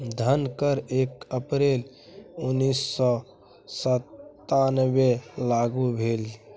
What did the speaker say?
धन कर एक अप्रैल उन्नैस सौ सत्तावनकेँ लागू भेल